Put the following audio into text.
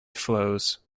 flows